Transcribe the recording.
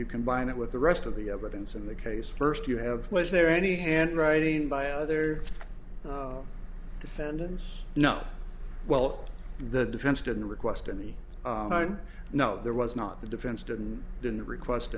you combine it with the rest of the evidence in the case first you have was there any handwriting by other defendants you know well the defense didn't request any time no there was not the defense didn't didn't request